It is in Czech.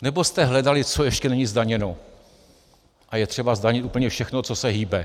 Nebo jste hledali, co ještě není zdaněno, a je třeba zdanit úplně všechno, co se hýbe?